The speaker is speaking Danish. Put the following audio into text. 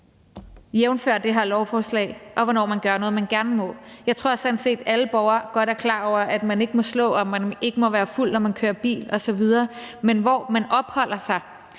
jævnfør det her lovforslag, og hvornår man gør noget, man gerne må? Jeg tror sådan set, at alle borgere godt er klar over, at man ikke må slå, og at man ikke må være fuld, når man kører bil osv. – men hvor man opholder sig,